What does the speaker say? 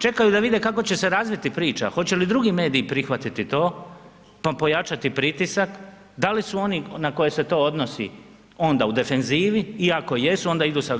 Čekaju da vide kako će se razviti priča, hoće li drugi mediji prihvatiti to, pa pojačati pritisak, da li su oni na koje se to odnosi onda u defenzivi i ako jesu onda idu sa